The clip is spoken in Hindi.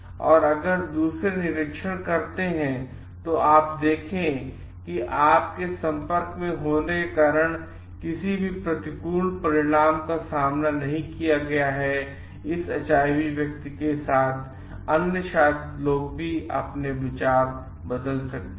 और अगर दूसरे निरीक्षण करते हैं और देखें कि आप संपर्क में होने के कारण किसी भी प्रतिकूल परिणाम का सामना नहीं किया है इस एचआईवी व्यक्ति के साथ शायद अन्य लोग भी अपने विचार बदलने जा रहे हैं